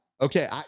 Okay